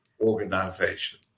organization